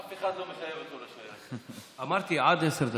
אף אחד לא מחייב אותו, אמרתי, עד עשר דקות.